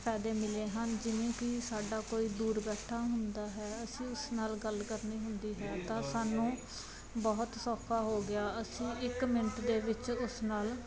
ਫ਼ਾਇਦੇ ਮਿਲੇ ਹਨ ਜਿਵੇਂ ਕਿ ਸਾਡਾ ਕੋਈ ਦੂਰ ਬੈਠਾ ਹੁੰਦਾ ਹੈ ਅਸੀਂ ਉਸ ਨਾਲ ਗੱਲ ਕਰਨੀ ਹੁੰਦੀ ਹੈ ਤਾਂ ਸਾਨੂੰ ਬਹੁਤ ਸੌਖਾ ਹੋ ਗਿਆ ਅਸੀਂ ਇੱਕ ਮਿੰਟ ਦੇ ਵਿੱਚ ਉਸ ਨਾਲ